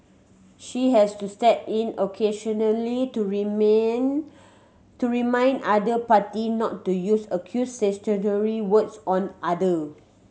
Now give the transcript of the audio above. she has to step in occasionally to remain to remind other party not to use accusatory words on other